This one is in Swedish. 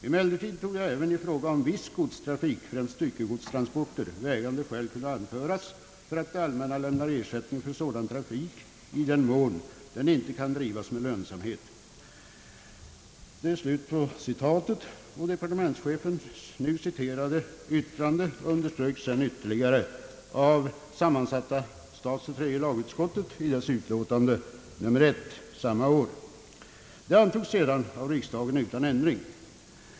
Emellertid torde även i fråga om viss godstrafik, främst styckegodstransporter, vägande skäl kunna anföras för att det allmänna lämnar ersättning för sådan trafik i den mån den inte kan drivas med lönsamhet.» Departementschefens nu citerade yttrande underströks ytterligare av sammansatta statsoch tredje lagutskottet 1 dess utlåtande nr 1 samma år. Det antogs sedan av riksdagen utan ändring.